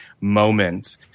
moment